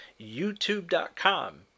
youtube.com